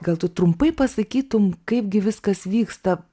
gal tu trumpai pasakytum kaip gi viskas vyksta